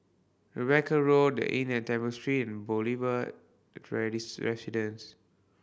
Rebecca Road The Inn at Temple Street and Boulevard Residence